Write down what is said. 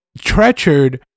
treachered